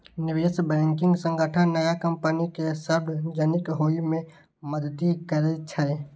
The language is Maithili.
निवेश बैंकिंग संगठन नया कंपनी कें सार्वजनिक होइ मे मदति करै छै